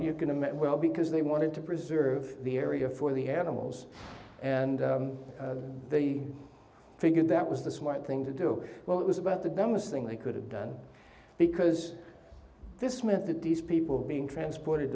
met well because they wanted to preserve the area for the animals and they figured that was the smart thing to do well it was about the dumbest thing they could have done because this meant that these people being transported